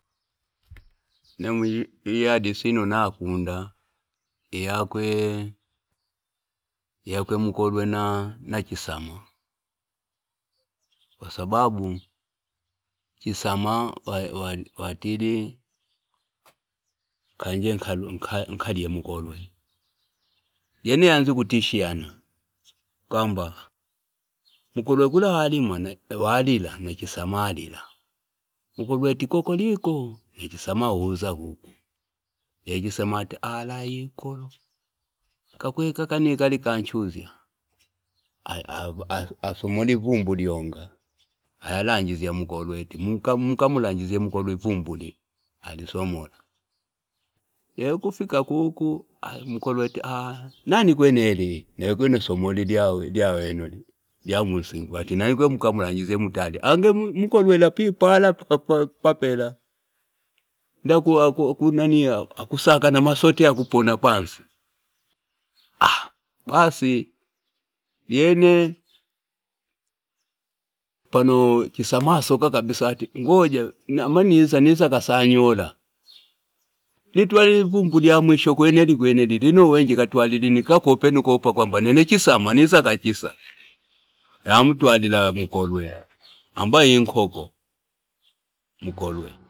Nemwi iyadisi inonakunda iyakwe nkolwe na chisama kwa sababu chisama wa- watiti kaanje inkalye mkolwe lyene yanza kutishiana kwamba mkolwe kula walila na chisama kwene alila mkolwe ati kokoliko na chisaa ati akayikolo kakwene kaa kano ikala ikanchura asomola ivumbu iyonga aya alangizya mkolwe ati mkalangizye mkolata ivumbu lii alisomela; leyene kufika kuku mkolwe ati nanikwene aaki na kwene asomola lyamunsinga ati nanikwene mkamlangizye mti aa li ange mkolwe alipipala popela nda akusaka na amasote iyapona pansi basi lyene pano chisama wasoka kabisa ngoja mali niza kasanya la litwalile ivumbu lya mwisho kwene lii likwene lii lino wenji katwalili ni kakope nu kopa nene chisama niza kachisa yantwalila mkolwe amabae ambae inkoko mkolwe.